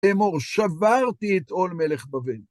לאמור, שברתי את עול מלך בבל.